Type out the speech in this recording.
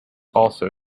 also